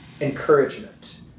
encouragement